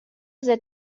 that